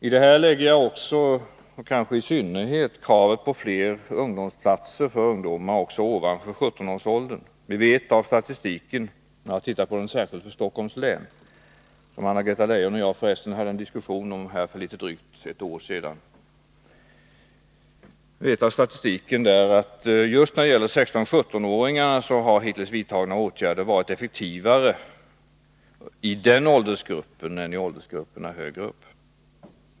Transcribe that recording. I detta inkluderar jag också och i synnerhet krav på fler ungdomsplatser för ungdomar också ovanför 17-årsåldern. Vi vet av statistiken — jag har tittat på den särskilt för Stockholms län, och Anna-Greta Leijon och jag hade för resten en diskussion om detta för drygt ett år sedan — att hittills vidtagna åtgärder har varit effektivare just för ungdomar i 16-17-årsåldern än i åldersgrupper högre upp.